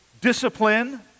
discipline